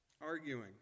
arguing